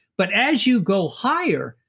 but as you go higher,